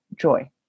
joy